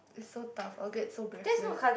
is so tough I'll get so breathless